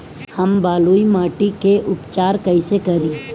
हम बलुइ माटी के उपचार कईसे करि?